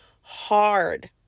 hard